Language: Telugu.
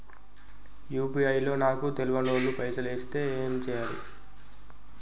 యూ.పీ.ఐ లో నాకు తెల్వనోళ్లు పైసల్ ఎస్తే ఏం చేయాలి?